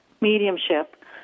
mediumship